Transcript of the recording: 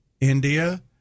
India